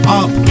up